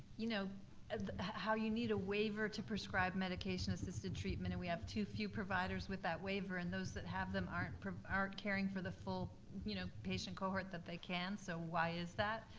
you know and how you need a waiver to prescribe medication-assisted treatment and we have too few providers with that waiver, and those that have them aren't aren't caring for the full you know patient cohort that they can, so why is that?